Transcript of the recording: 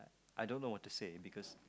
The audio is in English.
I don't know what to say because